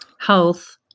health